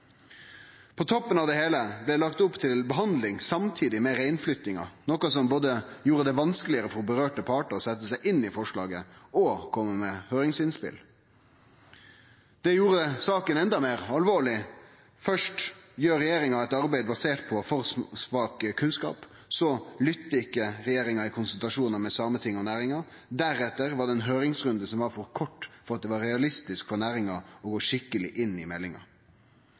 På toppen av det heile blei det lagt opp til behandling samtidig med reinflyttinga, noko som gjorde det vanskelegare for vedkomande partar både å setje seg inn i forslaget og å kome med høyringsinnspel. Det gjorde saka enda meir alvorleg. Først gjer regjeringa eit arbeid basert på for svak kunnskap, så lyttar ikkje regjeringa i konsultasjonar med Sametinget og næringa, deretter var det ein høyringsrunde som var for kort til at det var realistisk for næringa å gå skikkeleg inn i meldinga.